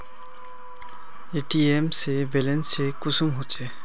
ATM से balance check कुंसम होचे?